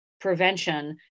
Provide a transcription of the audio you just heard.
prevention